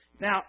Now